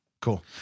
Cool